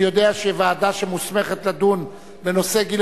אני יודע שוועדות שמוסמכות לדון בנושא גיל